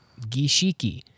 Gishiki